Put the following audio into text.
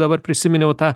dabar prisiminiau tą